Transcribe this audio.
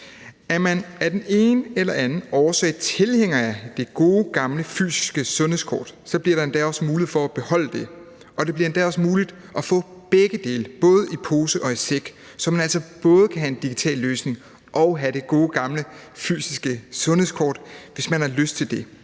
Er man af den ene eller den anden årsag tilhænger af det gode, gamle fysiske sundhedskort, bliver der endda også mulighed for at beholde det, og det bliver endda også muligt at få begge dele, både i pose og i sæk, så man altså både kan have en digital løsning og have det gode, gamle fysiske sundhedskort, hvis man har lyst til det.